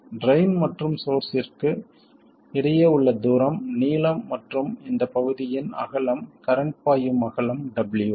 drain மற்றும் சோர்ஸ்ஸிற்கு இடையே உள்ள தூரம் நீளம் மற்றும் இந்தப் பகுதியின் அகலம் கரண்ட் பாயும் அகலம் W